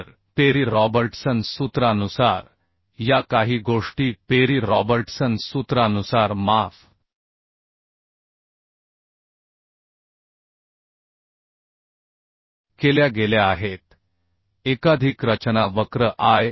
तर Perry Robertson सूत्रानुसार या काही गोष्टी पेरी रॉबर्टसन सूत्रानुसार माफ केल्या गेल्या आहेत एकाधिक रचना वक्र आय